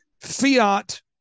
fiat